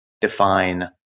define